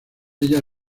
ella